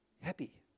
Happy